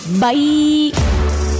Bye